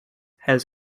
has